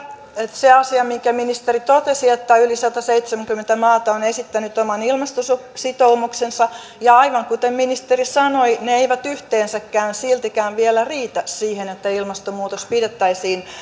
se asia minkä ministeri totesi on sinänsä hyvä että yli sataseitsemänkymmentä maata on esittänyt oman ilmastositoumuksensa ja aivan kuten ministeri sanoi ne eivät yhteensäkään silti vielä riitä siihen että ilmastonmuutos pidettäisiin